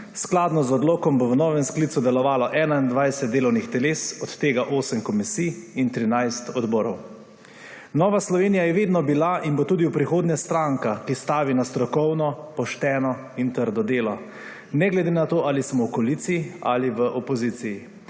Skladno z odlokom bo v novem sklicu delovalo 21 delovnih teles, od tega osem komisij in 13 odborov. Nova Slovenija je vedno bila in bo tudi v prihodnje stranka, ki stavi na strokovno, pošteno in trdo delo, ne glede na to, ali smo v koaliciji ali v opoziciji.